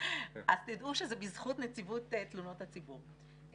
ואז תדעו שזה בזכות נציבות תלונות הציבור.